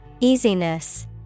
Easiness